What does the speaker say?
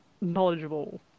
knowledgeable